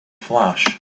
flash